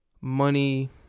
money